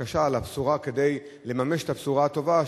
כדי לממש את הבשורה הטובה,